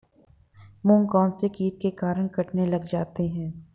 मूंग कौनसे कीट के कारण कटने लग जाते हैं?